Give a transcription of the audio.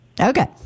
Okay